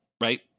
right